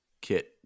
Kit